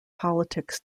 politics